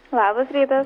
labas rytas